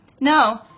No